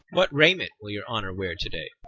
what raiment will your honour wear to-day?